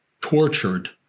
tortured